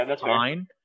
fine